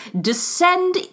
descend